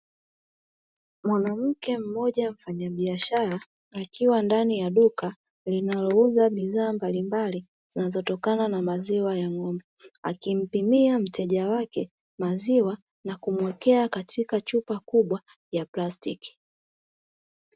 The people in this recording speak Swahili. Mwanamke mmoja mfanyabiashara akiwa ndani ya duka linalouza bidhaa mbalimbali, zinazotokana na maziwa ya ng'ombe akimpimia mteja wake maziwa na kumwekea katika chupa kubwa ya plastiki.